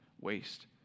waste